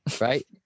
right